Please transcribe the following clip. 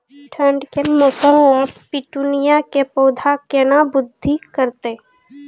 ठंड के मौसम मे पिटूनिया के पौधा केना बृद्धि करतै?